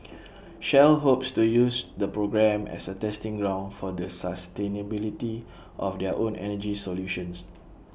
shell hopes to use the program as A testing ground for the sustainability of their own energy solutions